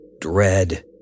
Dread